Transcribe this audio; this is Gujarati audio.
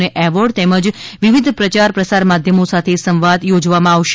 ને એવોર્ડ તેમજ વિવિધ પ્રચાર પ્રસાર માધ્યમો સાથે સંવાદ યોજવામાં આવશે